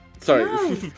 Sorry